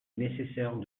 nécessaire